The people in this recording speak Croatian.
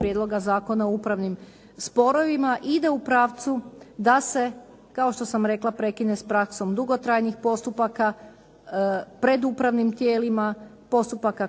Prijedloga zakona o upravnim sporovima ide u pravcu da se kao što sam rekla prekine s praksom dugotrajnih postupaka pred upravnim tijelima, postupaka